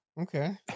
Okay